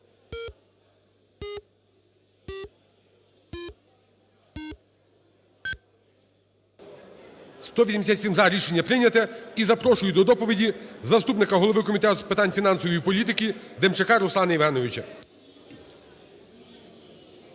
За-187 Рішення прийняте. І запрошую до доповіді заступника голови Комітету з питань фінансової політики Демчака Руслана Євгеновича.